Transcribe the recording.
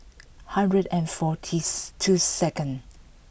hundred and fortieth two second